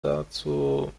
dazu